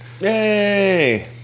Yay